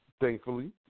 thankfully